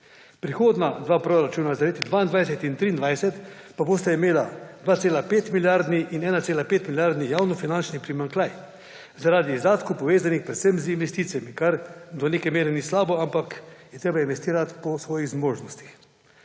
Prihodnja dva proračuna, za leti 2022 in 2023, pa bosta imela 2,5-milijardni in 1,5-milijardni javnofinančni primanjkljaj zaradi izdatkov, povezanih predvsem z investicijami, kar do neke mere ni slabo, ampak je treba investirati po svojih zmožnostih.